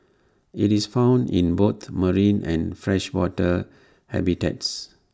IT is found in both marine and freshwater habitats